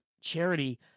Charity